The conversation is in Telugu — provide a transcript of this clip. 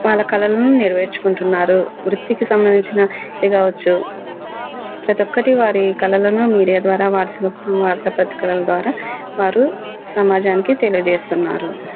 వాళ్ళ కలలను నెరవేర్చుకుంటున్నారు వృత్తికి సంబంధించిన ఇది కావచ్చు ప్రతి ఒక్కటి వారి కళలను మీడియా ద్వారా వార్త వార్త పత్రికల ద్వారా వారు సమాజానికి తెలియజేస్తున్నారు